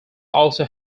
also